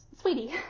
sweetie